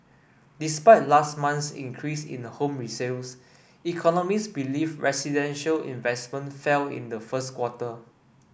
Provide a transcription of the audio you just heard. despite last month's increase in the home resales economist believe residential investment fell in the first quarter